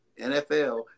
NFL